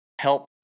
help